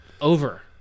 Over